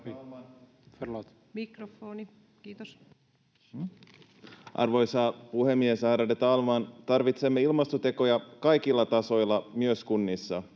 Arvoisa puhemies, ärade talman! Tarvitsemme ilmastotekoja kaikilla tasoilla, myös kunnissa,